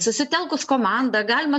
susitelkus komandą galima